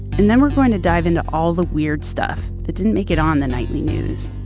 and then we're going to dive into all the weird stuff that didn't make it on the nightly news,